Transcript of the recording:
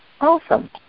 Awesome